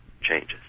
changes